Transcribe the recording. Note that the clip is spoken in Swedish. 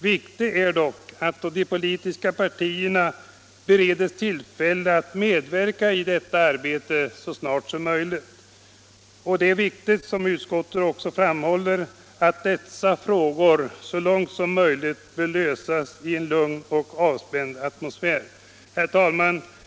Viktigt är dock att de politiska partierna bereds tillfälle att medverka i detta arbete så snart som möjligt. Det är viktigt, som utskottet också framhåller, att dessa frågor så långt som möjligt löses i en lugn och avspänd atmosfär. Herr talman!